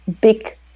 big